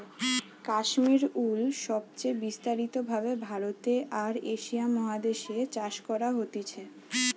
Kashmir wool সবচে বিস্তারিত ভাবে ভারতে আর এশিয়া মহাদেশ এ চাষ করা হতিছে